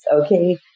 okay